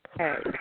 Okay